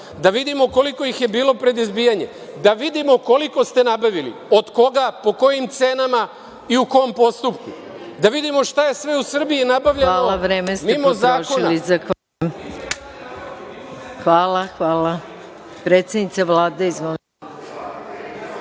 Da vidimo koliko ih je bilo pred izbijanje, da vidimo koliko ste nabavili, od koga, po kojim cenama i u kom postupku. Da vidimo šta je sve u Srbiji nabavljeno mimo zakona, mimo javne nabavke, mimo